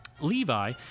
Levi